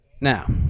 Now